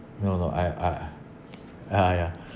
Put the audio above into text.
no no I I ah ya